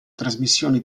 trasmissioni